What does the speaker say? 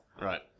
Right